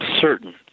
certain